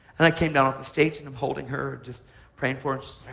and i came down off the stage, and i'm holding her, just praying for her,